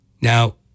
Now